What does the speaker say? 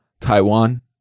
Taiwan